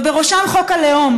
ובראשן חוק הלאום.